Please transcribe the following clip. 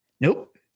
Nope